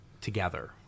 together